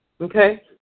Okay